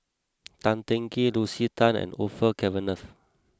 Tan Teng Kee Lucy Tan and Orfeur Cavenagh